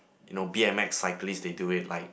you know B_M_X cyclists they do it like